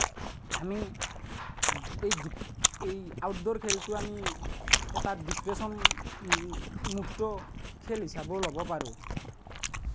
আমি এই এই আউটডোৰ খেলটো আমি এটা ডিপ্ৰেশ্যন মুক্ত খেল হিচাপেও ল'ব পাৰোঁ